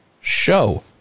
show